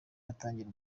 yatangira